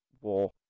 war